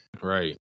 Right